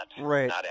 Right